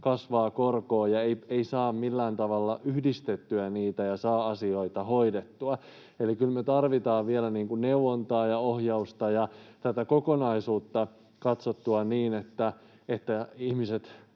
kasvavat korkoa ja niitä ei saa millään tavalla yhdistettyä ja ei saa asioita hoidettua. Eli kyllä me tarvitaan vielä neuvontaa ja ohjausta, ja tätä kokonaisuutta on katsottava niin, että ihmiset